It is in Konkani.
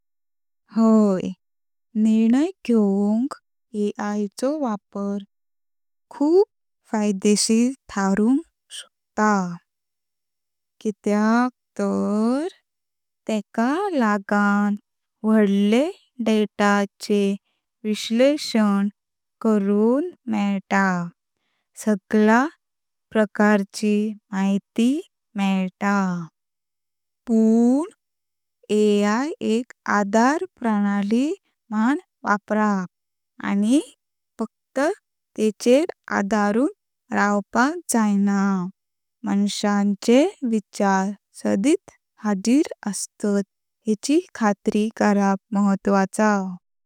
हाय, निर्णय घेवक चो वापार खूप फायदेशीर ठारून शकता, कित्याक तर स्टेका लागण वोडले डेटा चे विश्लेषण करून मेल्ता। सगला प्रकारची माहिती मेल्ता, पण एक आदर प्रणाली मून वापराप आनी फक्त तेचेर आधारून रवपाक जाइना। माणसाचे विचार सदिच हाजीर असतात हेचि खात्री करप महत्वाचं।